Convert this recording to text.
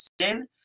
sin